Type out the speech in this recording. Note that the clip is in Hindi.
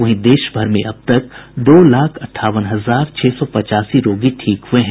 वहीं देश भर में अब तक दो लाख अंठावन हजार छह सौ पचासी रोगी ठीक हुए हैं